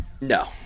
No